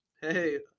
Hey